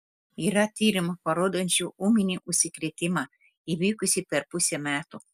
yra tyrimų parodančių ūminį užsikrėtimą įvykusį per pusę metų